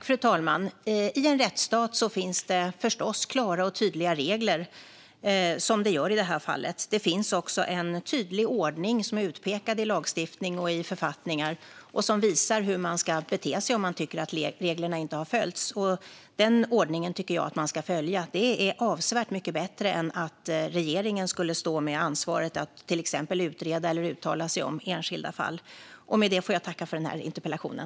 Fru talman! I en rättsstat finns det förstås klara och tydliga regler, som det gör i det här fallet. Det finns också en tydlig ordning som är utpekad i lagstiftning och i författningar som visar hur man ska bete sig om man tycker att reglerna inte har följts. Den ordningen tycker jag att man ska följa. Det är avsevärt mycket bättre än om regeringen skulle stå med ansvaret att till exempel utreda eller uttala sig om enskilda fall. Med det får jag tacka för interpellationen.